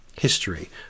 history